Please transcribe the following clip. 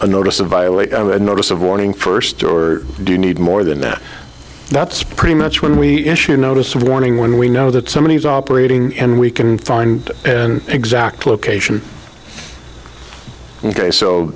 a notice of violate a notice of warning first or do you need more than that that's pretty much when we issue a notice of warning when we know that somebody is operating and we can find an exact location ok so